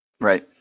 Right